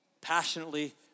passionately